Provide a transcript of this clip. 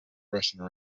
russian